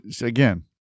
again